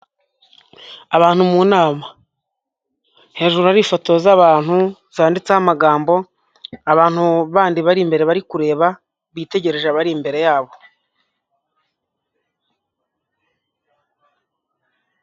Abantu mu nama hejuru hari ifoto z’abantu zanditseho amagambo, abantu bandi bari imbere bari kureba bitegereje abari imbere yabo.